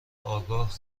آگاه